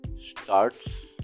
starts